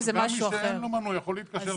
גם מי שאין לו מנוי יכול להתקשר.